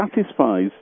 satisfies